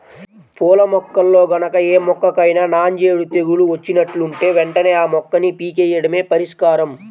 పూల మొక్కల్లో గనక ఏ మొక్కకైనా నాంజేడు తెగులు వచ్చినట్లుంటే వెంటనే ఆ మొక్కని పీకెయ్యడమే పరిష్కారం